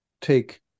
take